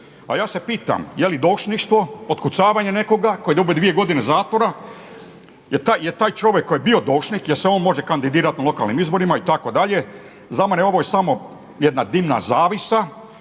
A ja se pitam je li doušništvo otkucavanje nekoga tko je dobio dvije godine zatvora, jer taj čovjek koji je bio doušnik jel' se on može kandidirati na lokalnim izborima itd. Za mene je ovo samo jedna dimna zavjesa.